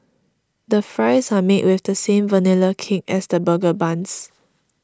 the fries are made with the same Vanilla Cake as the burger buns